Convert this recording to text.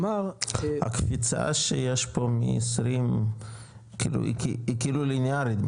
הקפיצה שיש פה מ-2020 היא כאילו ליניארית,